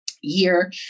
year